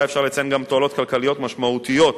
אפשר לציין גם תועלות כלכליות משמעותיות